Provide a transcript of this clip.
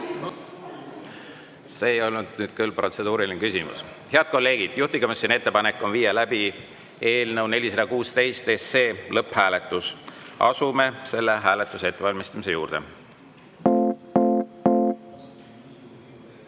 See ei olnud nüüd küll protseduuriline küsimus. Head kolleegid, juhtivkomisjoni ettepanek on viia läbi eelnõu 416 lõpphääletus. Asume hääletuse ettevalmistamise juurde.